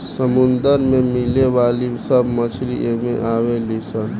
समुंदर में मिले वाली सब मछली एमे आवे ली सन